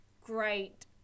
great